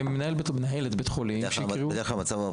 כי אלה ייקבעו